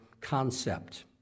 concept